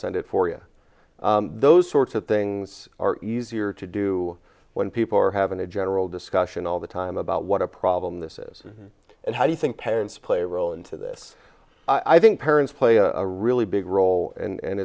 it for you those sorts of things are easier to do when people are having a general discussion all the time about what a problem this is and how do you think parents play a role into this i think parents play a really big role and